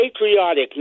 patriotic